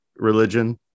religion